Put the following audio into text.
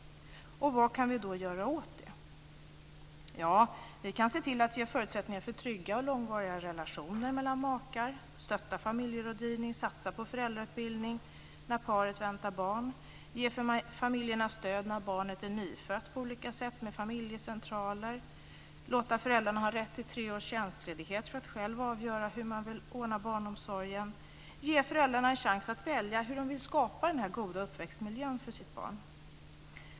Vad kan vi då göra åt det här? Vi kan se till att ge förutsättningar för trygga och långvariga relationer mellan makar, stötta familjerådgivningen, satsa på föräldrautbildning när paret väntar barn, ge familjerna stöd när barnet är nyfött på olika sätt, t.ex. via familjecentraler, låta föräldrarna ha rätt till tre års tjänstledighet så att de själva kan avgöra hur de vill ordna barnomsorgen och ge föräldrarna en chans att välja hur de vill skapa den här goda uppväxtmiljön för sitt barn.